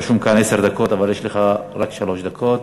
רשום כאן עשר דקות, אבל יש לך רק שלוש דקות.